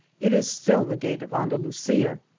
it is still the gate of andalusia,